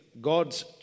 God's